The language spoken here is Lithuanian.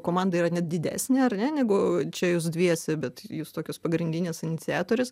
komanda yra net didesnė ar ne negu čia jūs dviese bet jūs tokios pagrindinės iniciatorės